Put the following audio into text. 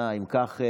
אם כך,